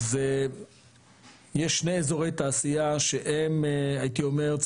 אז יש שני אזורי תעשייה שהייתי אומר שהם